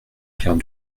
pierre